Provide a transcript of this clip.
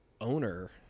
owner